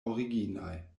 originaj